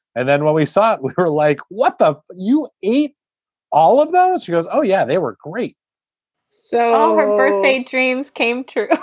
and then when we saw it, we were like, what? you eat all of those? she goes, oh, yeah, they were great so her birthday dreams came true.